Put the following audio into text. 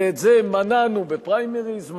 ואת זה מנענו בפריימריז,